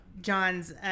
John's